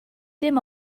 dim